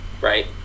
right